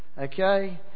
okay